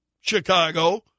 Chicago